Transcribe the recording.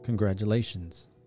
Congratulations